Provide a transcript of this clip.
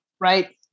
right